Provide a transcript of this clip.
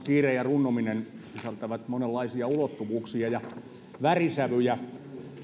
kiire ja runnominen sisältävät monenlaisia ulottuvuuksia ja värisävyjä